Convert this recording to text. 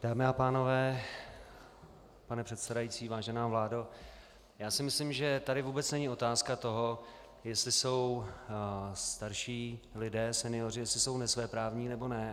Dámy a pánové, pane předsedající, vážená vládo, já si myslím, že tady vůbec není otázka toho, jestli jsou starší lidé, senioři, nesvéprávní, nebo ne.